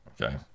Okay